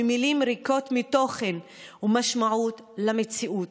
ממילים ריקות מתוכן ומשמעות למציאות.